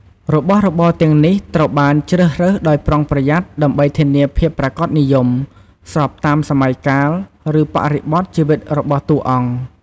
របស់របរទាំងនេះត្រូវបាន ជ្រើសរើសដោយប្រុងប្រយ័ត្នដើម្បីធានាភាពប្រាកដនិយម ស្របតាមសម័យកាល ឬបរិបទជីវិតរបស់តួអង្គ។